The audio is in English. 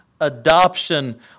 adoption